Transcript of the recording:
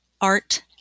art